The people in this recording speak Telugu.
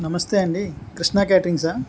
నమస్తే అండి కృష్ణా క్యాటరింగ్సా